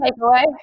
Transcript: takeaway